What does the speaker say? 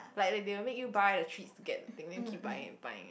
like they will make you buy the treats to get the thing then you keep buying and buying